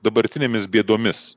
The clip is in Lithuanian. dabartinėmis bėdomis